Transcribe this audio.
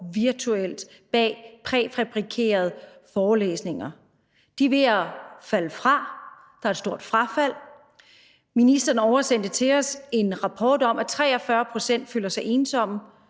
sidste år med præfabrikerede forelæsninger. De er ved at falde fra, der er et stort frafald. Ministeren oversendte en rapport til os om, at 43 pct. føler sig ensomme,